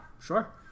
sure